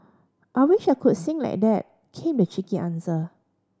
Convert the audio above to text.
I wish I could sing like that came the cheeky answer